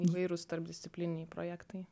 įvairūs tarpdisciplininiai projektai